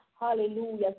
hallelujah